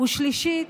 ושלישית,